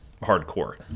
hardcore